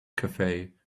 cafe